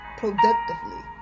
productively